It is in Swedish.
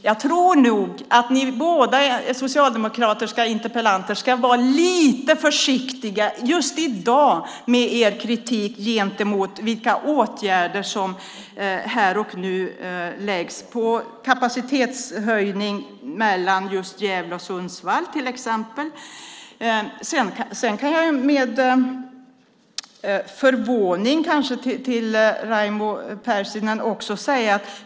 Jag tror nog att båda socialdemokratiska debattörer ska vara lite försiktiga med sin kritik mot vilka åtgärder som här och nu läggs på kapacitetshöjning, till exempel mellan Gävle och Sundsvall. Jag är förvånad över Raimo Pärssinen.